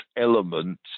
element